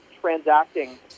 transacting